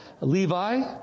Levi